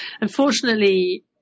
Unfortunately